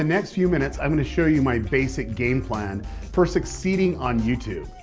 next few minutes i'm going to show you my basic game plan for succeeding on youtube.